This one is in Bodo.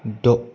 द'